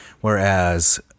whereas